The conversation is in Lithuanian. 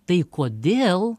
tai kodėl